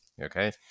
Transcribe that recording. Okay